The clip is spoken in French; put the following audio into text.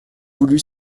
voulu